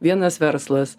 vienas verslas